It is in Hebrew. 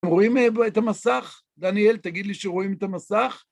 רואים את המסך? דניאל, תגיד לי שרואים את המסך.